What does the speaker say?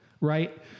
Right